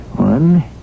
One